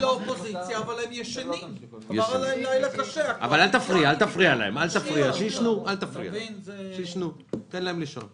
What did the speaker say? של יחס חוב תוצר יורד.